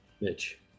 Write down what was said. Mitch